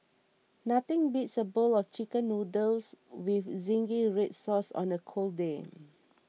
nothing beats a bowl of Chicken Noodles with Zingy Red Sauce on a cold day